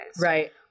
Right